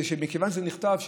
מכיוון שזה נכתב,